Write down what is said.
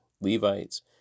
Levites